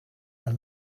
are